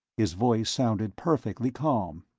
his voice sounded perfectly calm.